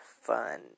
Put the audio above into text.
fun